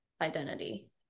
identity